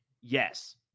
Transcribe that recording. yes